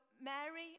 Mary